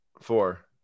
Four